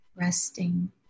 resting